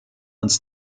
uns